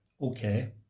okay